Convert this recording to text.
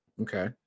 Okay